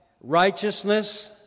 righteousness